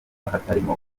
hatarimo